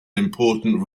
important